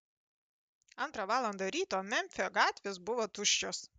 antrą valandą ryto memfio gatvės buvo tuščios